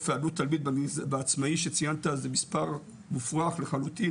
העלות בעצמאי שציינת אז זה מספר מופרך לחלוטין,